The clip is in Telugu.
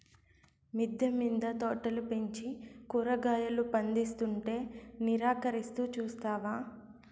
మిద్దె మింద తోటలు పెంచి కూరగాయలు పందిస్తుంటే నిరాకరిస్తూ చూస్తావా